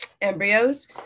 embryos